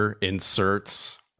inserts